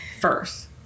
first